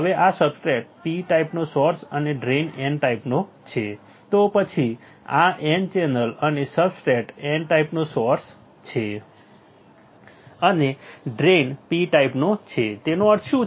હવે આ substrate P ટાઈપનો સોર્સ અને ડ્રેઇન N ટાઈપનો છે તો પછી આ N ચેનલ અને સબસ્ટ્રેટ N ટાઈપનો સોર્સ છે અને ડ્રેઇન P ટાઈપનો છે તેનો અર્થ શું છે